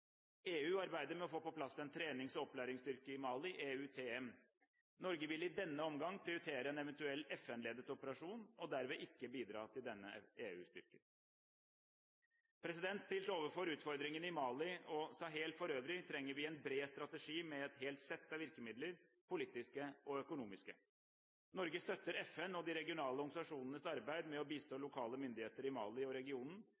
EU arbeider med å få på plass en trenings- og opplæringsstyrke i Mali – EUTM. Norge vil i denne omgang prioritere en eventuell FN-ledet operasjon og derved ikke bidra til denne EU-styrken. Stilt overfor utfordringene i Mali og Sahel for øvrig trenger vi en bred strategi med et helt sett av virkemidler – politiske og økonomiske. Norge støtter FN og de regionale organisasjonenes arbeid med å bistå lokale myndigheter i Mali og regionen